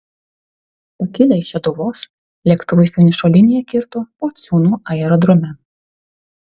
pakilę iš šeduvos lėktuvai finišo liniją kirto pociūnų aerodrome